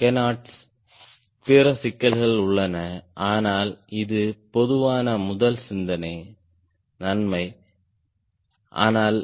கேனார்ட்ல் பிற சிக்கல்கள் உள்ளன ஆனால் இது பொதுவான முதல் சிந்தனை நன்மை ஆனால்